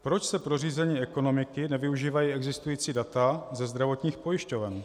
Proč se pro řízení ekonomiky nevyužívají existující data ze zdravotních pojišťoven?